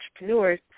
entrepreneurs